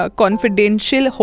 confidential